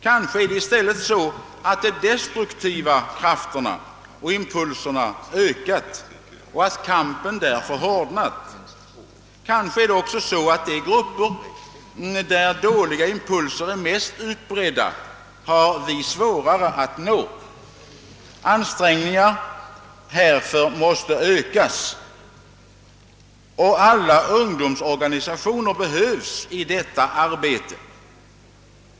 Kanske är det i stället så, att de destruktiva krafterna och impulserna ökat och att kampen därför hårdnat. Kanske har vi också svårare att nå de grupper, där dåliga impulser är mest utbredda. Ansträngningarna därvidlag måste ökas, och alla ungdomsorganisationer behövs i detta arbete.